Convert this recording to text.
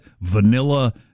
vanilla